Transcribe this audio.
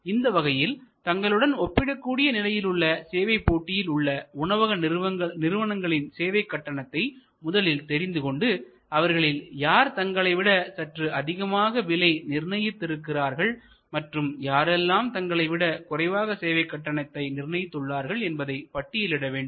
இந்த வகையில் தங்களுடன் ஒப்பிடக்கூடிய நிலையில் உள்ள சேவை போட்டியில் உள்ள உணவக நிறுவனங்களின் சேவை கட்டணத்தை முதலில் தெரிந்து கொண்டு அவர்களில் யார் தங்களை விட சற்று அதிகமான விலை நிர்ணயித்து இருக்கிறார்கள் மற்றும் யாரெல்லாம் தங்களை விட குறைவாக சேவைக் கட்டணத்தை நிர்ணயித்து உள்ளார்கள் என்பதை பட்டியலிட வேண்டும்